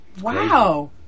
Wow